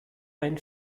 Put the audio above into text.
ein